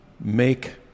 make